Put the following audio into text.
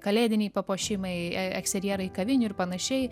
kalėdiniai papuošimai eksterjerai kavinių ir panašiai